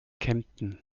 kempten